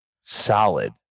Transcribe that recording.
solid